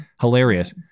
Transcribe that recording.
Hilarious